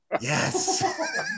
Yes